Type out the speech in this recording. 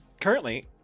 currently